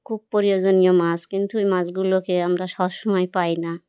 খুব প্রয়োজনীয় মাছ কিন্তু ওই মাছগুলোকে আমরা সব সময় পাই না